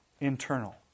internal